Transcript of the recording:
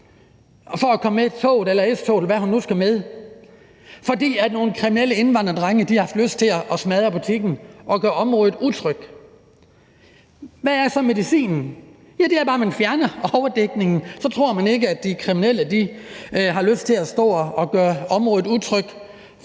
for at komme med toget eller S-toget, eller hvad hun nu skal med, fordi nogle kriminelle indvandrerdrenge har haft lyst til at smadre butikken og gøre området utrygt. Hvad er så medicinen? Ja, det er, at man bare fjerner overdækningen. Så tror man ikke, at de kriminelle har lyst til at stå og gøre området utrygt